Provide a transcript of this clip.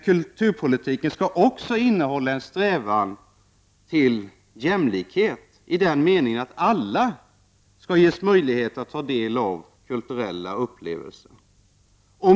Kulturpolitiken måste också innehålla en strävan till jämlikhet i den meningen att alla skall ges möjlighet att ta del av kulturella upplevelser.